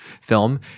film